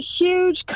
huge